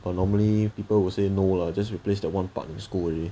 but normally people will say no lah just replace that one part then go already